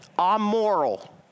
amoral